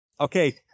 Okay